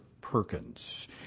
Perkins